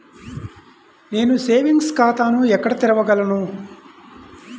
నేను సేవింగ్స్ ఖాతాను ఎక్కడ తెరవగలను?